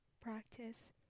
practice